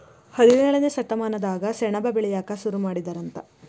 ಹದಿನೇಳನೇ ಶತಮಾನದಾಗ ಸೆಣಬ ಬೆಳಿಯಾಕ ಸುರು ಮಾಡಿದರಂತ